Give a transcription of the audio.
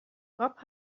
kop